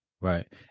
Right